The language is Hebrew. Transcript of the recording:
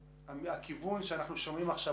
הכיוון שאנחנו שומעים עכשיו,